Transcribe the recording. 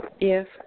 Yes